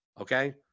okay